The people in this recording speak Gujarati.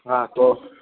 હા તો